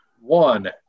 One